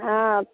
हँ